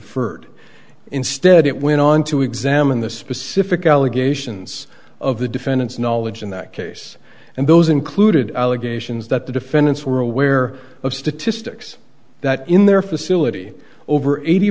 d instead it went on to examine the specific allegations of the defendant's knowledge in that case and those included allegations that the defendants were aware of statistics that in their facility over eighty